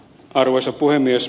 arvoisa puhemies